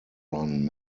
run